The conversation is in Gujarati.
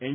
એન